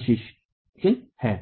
और